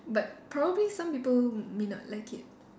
but probably some people may not like it